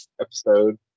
episode